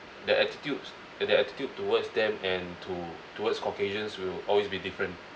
their attitudes their attitude towards them and to towards caucasians will always be different